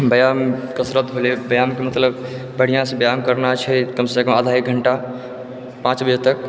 व्यायाम कसरत भेलै व्यायामके मतलब बढ़िआँसँ व्यायाम करना छै कम सँ कम आधा एक घण्टा पाँच बजे तक